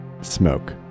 Smoke